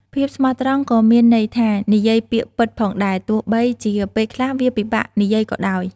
ភាពស្មោះត្រង់ក៏មានន័យថានិយាយពាក្យពិតផងដែរ ទោះបីជាពេលខ្លះវាពិបាកនិយាយក៏ដោយ។